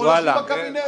אנחנו לא יושבים בקבינט.